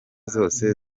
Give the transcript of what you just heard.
zose